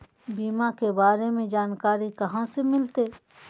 बीमा के बारे में जानकारी कहा से मिलते?